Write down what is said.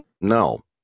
No